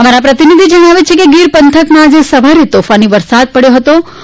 અમારા પ્રતિનિધિ જણાવે છે કે ગીર પંથકમાં આજે સવારે તોફાની વરસાદ પડયો હતે